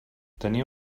tenia